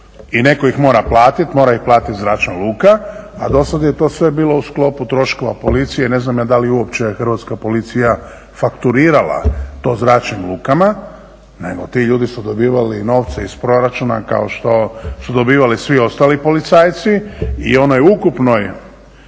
i netko ih mora platit, mora ih platit zračna luka, a dosad je to sve bilo u sklopu troškova Policije. Ne znam ja da li je uopće Hrvatska policija fakturirala to zračnim lukama. Naime, ti ljudi su dobivali novce iz proračuna kao što su dobivali svi ostali policajci i u onoj ukupnoj